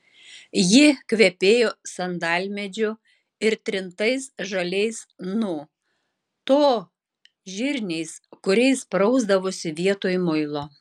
ji kvepėjo sandalmedžiu ir trintais žaliais nu to žirniais kuriais prausdavosi vietoj muilo